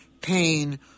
pain